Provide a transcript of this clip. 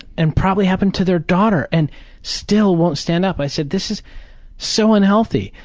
and probably happened to their daughter. and still won't stand up. i said, this is so unhealthy.